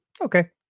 okay